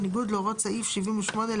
בניגוד להוראות סעיף 78לא(ב)(2);